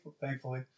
thankfully